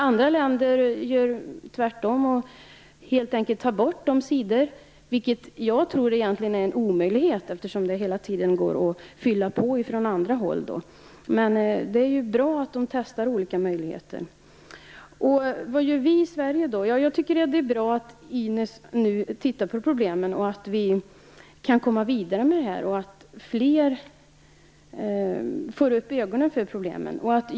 Andra länder gör tvärtom och tar helt enkelt bort de sidorna, vilket jag egentligen tror är en omöjlighet, eftersom det hela tiden går att fylla på från andra håll. Men det är bra att man testar olika möjligheter. Vad gör vi i Sverige? Jag tycker att det är bra att Ines Uusmann nu tittar närmare på problemen, att vi kan komma vidare med dem och att fler får upp ögonen för att de finns.